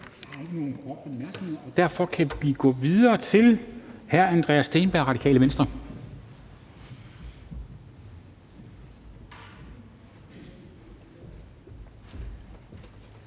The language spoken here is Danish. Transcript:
derfor kan vi gå videre til hr. Andreas Steenberg, Radikale Venstre.